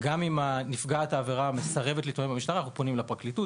גם אם נפגעת העבירה מסרבת להתלונן במשטרה אנחנו פונים לפרקליטות.